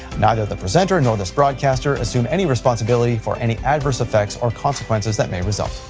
neither the presenter nor this broadcaster assume any responsibility for any adverse effects or consequences that may result.